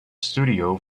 studio